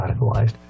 radicalized